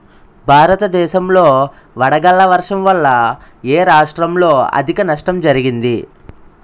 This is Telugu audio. భారతదేశం లో వడగళ్ల వర్షం వల్ల ఎ రాష్ట్రంలో అధిక నష్టం జరిగింది?